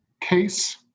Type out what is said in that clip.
case